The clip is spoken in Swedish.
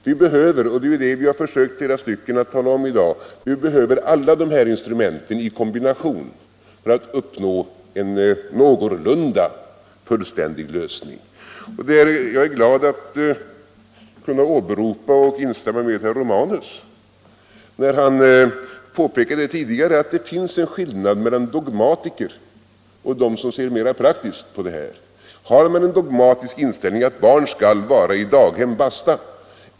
Vi behöver, som flera talare försökt förklara i dag, alla dessa instrument i kombination för att uppnå en någorlunda fullständig lösning. Jag är glad att kunna åberopa och instämma med herr Romanus, som tidigare påpekade att det finns en skillnad mellan dogmatiker och dem som ser mera praktiskt på detta. Har man en dogmatisk inställning, innebärande att barn skall vara på daghem =— basta!